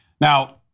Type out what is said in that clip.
Now